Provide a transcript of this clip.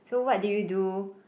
so what did you do